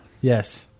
Yes